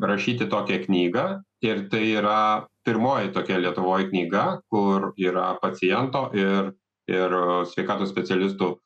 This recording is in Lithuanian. rašyti tokią knygą ir tai yra pirmoji tokia lietuvoj knyga kur yra paciento ir ir sveikatos specialistų